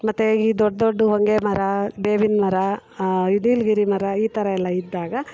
ಮತ್ತೆ ಈ ದೊಡ್ಡ ದೊಡ್ಡ ಹೊಂಗೆ ಮರ ಬೇವಿನ ಮರ ನೀಲಗಿರಿ ಮರ ಈ ಥರ ಎಲ್ಲ ಇದ್ದಾಗ